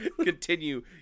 Continue